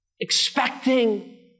Expecting